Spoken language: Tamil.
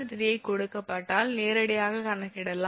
3 கொடுக்கப்பட்டால் நேரடியாக கணக்கிடலாம்